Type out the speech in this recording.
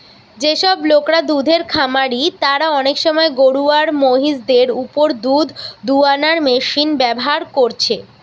যেসব লোকরা দুধের খামারি তারা অনেক সময় গরু আর মহিষ দের উপর দুধ দুয়ানার মেশিন ব্যাভার কোরছে